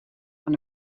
van